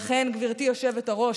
לכן, גברתי היושבת-ראש,